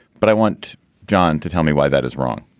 but i want jon to tell me why that is wrong